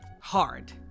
hard